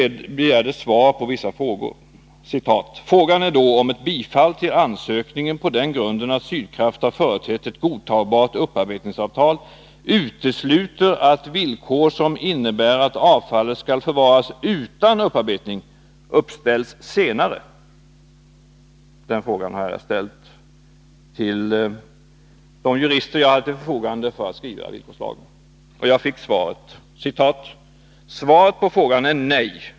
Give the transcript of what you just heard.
Jag begärde svar på vissa frågor: ”Frågan är då om ett bifall till ansökningen på den grunden att Sydkraft har företett ett godtagbart upparbetningsavtal utesluter att villkor som innebär att avfallet skall förvaras utan upparbetning uppställs senare.” Den frågan har jag ställt till de jurister som jag hade till förfogande för att skriva villkorslagen, och jag fick svaret: Svaret på frågan är nej.